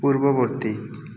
ପୂର୍ବବର୍ତ୍ତୀ